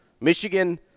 Michigan